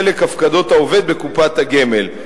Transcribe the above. חלק הפקדות העובד בקופת הגמל.